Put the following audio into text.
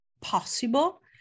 possible